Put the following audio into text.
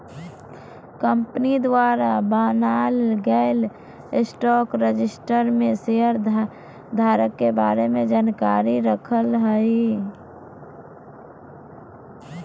company द्वारा बनाल गेल स्टॉक रजिस्टर में शेयर धारक के बारे में जानकारी रखय हइ